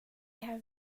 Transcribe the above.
have